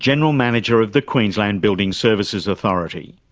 general manager of the queensland building services authority.